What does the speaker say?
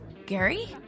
Gary